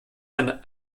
eine